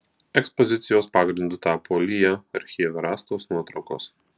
ekspozicijos pagrindu tapo lya archyve rastos nuotraukos